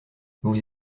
vous